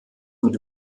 mit